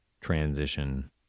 transition